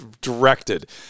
directed